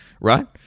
right